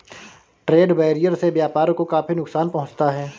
trade barrier से व्यापार को काफी नुकसान पहुंचता है